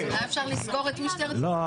אז אולי אפשר לסגור את משטרת --- לא,